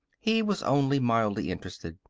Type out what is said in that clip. he was only mildly interested.